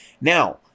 Now